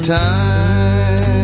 time